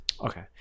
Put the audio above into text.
Okay